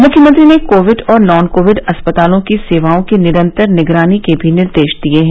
मुख्यमंत्री ने कोविड और नॉन कोविड अस्पतालों की सेवाओं की निरंतर निगरानी के भी निर्देश दिए हैं